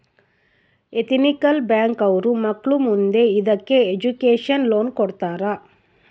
ethical bank ಅವ್ರು ಮಕ್ಳು ಮುಂದೆ ಇದಕ್ಕೆ ಎಜುಕೇಷನ್ ಲೋನ್ ಕೊಡ್ತಾರ